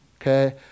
okay